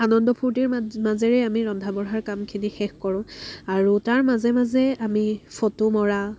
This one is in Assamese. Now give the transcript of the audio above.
আনন্দ ফূৰ্তিৰ মাজ মাজেৰে আমি ৰন্ধা বঢ়াৰ কামখিনি শেষ কৰোঁ আৰু তাৰ মাজে মাজে আমি ফ'টো মৰা